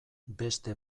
beste